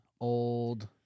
Old